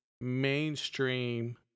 mainstream